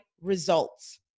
results